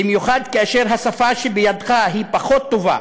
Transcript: ובמיוחד כאשר השפה שבידך היא פחות טובה,